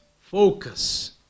focus